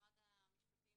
במשרד המשפטים,